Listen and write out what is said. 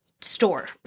store